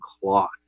cloth